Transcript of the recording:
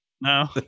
No